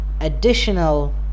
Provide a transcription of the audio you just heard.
additional